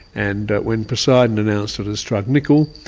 and when poseidon announced it had struck nickel,